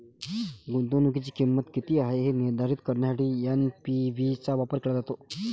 गुंतवणुकीची किंमत किती आहे हे निर्धारित करण्यासाठी एन.पी.वी चा वापर केला जातो